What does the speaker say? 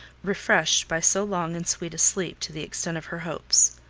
refreshed by so long and sweet a sleep to the extent of her hopes.